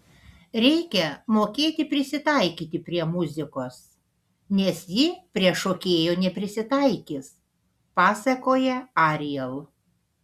reikia mokėti prisitaikyti prie muzikos nes ji prie šokėjo neprisitaikys pasakoja ariel